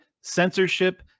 censorship